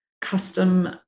custom